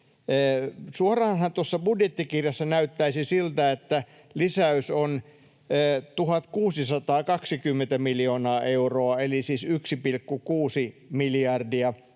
tuossa budjettikirjassa näyttäisi siltä, että lisäys on 1 620 miljoonaa euroa eli siis 1,6 miljardia eikä